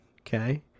okay